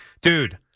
Dude